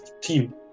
team